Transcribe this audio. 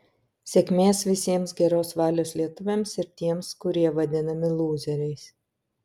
sėkmės visiems geros valios lietuviams ir tiems kurie vadinami lūzeriais